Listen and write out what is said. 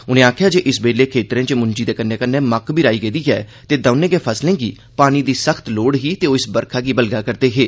उनें आखेआ जे इस बेल्ले खेत्तरें च मुंजी दे कन्नै कन्नै मक्क बी राई गेदी ऐ ते दौनें गै फसलें गी पानी दी सख्त लोड़ ही ते ओह् इस बरखा गी बलगै'रदे हे